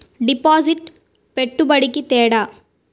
డిపాజిట్కి పెట్టుబడికి తేడా?